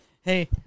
hey